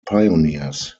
pioneers